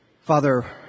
Father